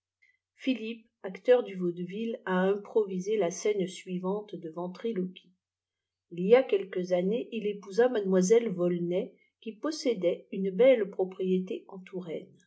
philippe acteur du vaudeville a improvisé la scène suivante de ventriloqui il y a quelques années il épousa mademoiselle volnàis qui possédait une belle propriété